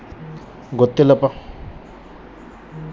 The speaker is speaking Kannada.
ಶೇಂಗಾ ಗಿಡದ ಎಲೆಗಳಲ್ಲಿ ನುಷಿ ಹುಳುಗಳನ್ನು ನಿಯಂತ್ರಿಸುವುದು ಹೇಗೆ?